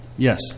Yes